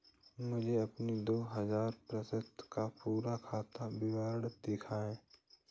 मुझे अपना दो हजार पन्द्रह का पूरा खाता विवरण दिखाएँ?